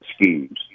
schemes